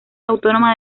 autónoma